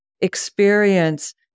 experience